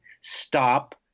Stop